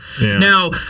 Now